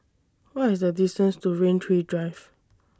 What IS The distance to Rain Tree Drive